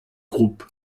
groupe